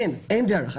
אין, אין דרך.